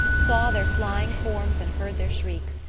saw their flying forms and heard their shrieks.